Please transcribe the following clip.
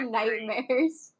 nightmares